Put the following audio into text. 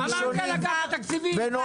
אגף התקציבים.